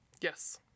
Yes